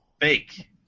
fake